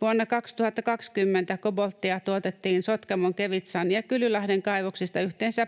Vuonna 2020 kobolttia tuotettiin Sotkamon Kevitsan ja Kylylahden kaivoksista yhteensä